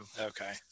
Okay